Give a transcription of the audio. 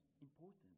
important